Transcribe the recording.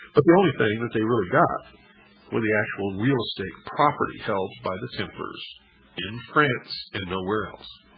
but the only thing that they really got was the actual real estate property held by the templars in france and nowhere else.